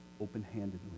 open-handedly